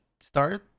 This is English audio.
start